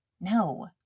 No